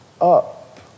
up